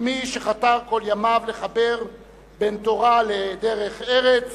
וכמי שחתר כל ימיו לחבר בין תורה לדרך ארץ,